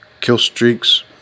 Killstreaks